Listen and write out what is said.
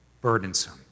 burdensome